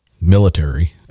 military